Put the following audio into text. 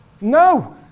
No